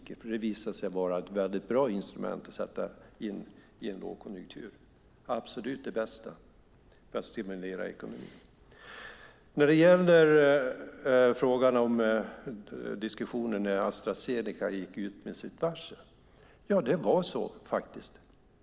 Det har nämligen visat sig vara ett mycket bra instrument att sätta in i en lågkonjunktur, det absolut bästa för att stimulera ekonomin. När det gäller diskussionen om Astra Zeneca, när de gick ut med sitt varsel, var det just så.